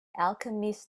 alchemist